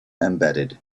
embedded